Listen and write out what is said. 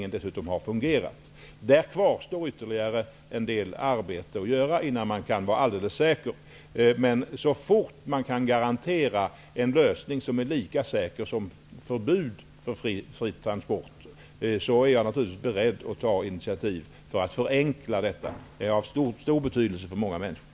Det är dessutom svårt att veta att vaccineringen har fungerat. Det kvarstår en del ytterligare arbete att göra där innan man kan vara alldeles säker. Men så fort man kan garantera en lösning som är lika säker som ett förbud för fri transport, är jag naturligtvis beredd att ta initiativ för att förenkla detta. Det är av stor betydelse för många människor.